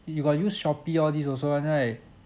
eh you got use Shopee all this also [one] right